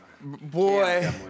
boy